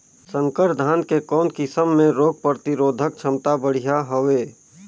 संकर धान के कौन किसम मे रोग प्रतिरोधक क्षमता बढ़िया हवे?